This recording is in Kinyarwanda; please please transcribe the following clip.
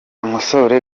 nkosore